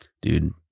Dude